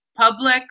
public